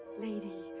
lady.